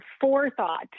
forethought